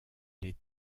les